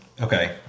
Okay